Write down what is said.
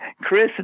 Chris